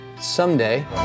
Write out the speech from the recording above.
Someday